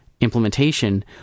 implementation